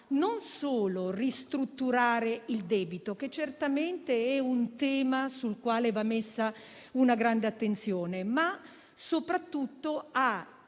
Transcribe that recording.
non solo a ristrutturare il debito - certamente è un tema sul quale va posta una grande attenzione - ma anche soprattutto a